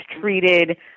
treated